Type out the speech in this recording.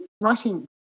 writing